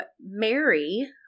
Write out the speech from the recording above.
Mary